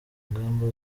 ingamba